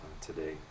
today